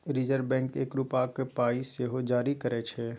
reserve Bank एक रुपाक पाइ सेहो जारी करय छै